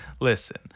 Listen